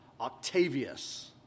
Octavius